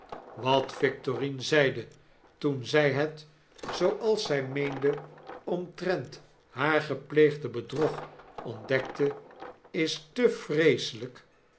wat victorine zeide toen zy het zooals zy meende omtrent haar gepleegde bedrog ontdekte is te vreeselyk